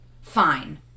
fine